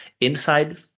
inside